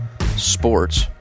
sports